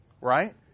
right